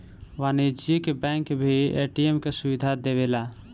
वाणिज्यिक बैंक भी ए.टी.एम के सुविधा देवेला